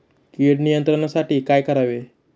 कीड नियंत्रणासाठी काय करावे?